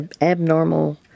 abnormal